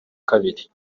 kabiri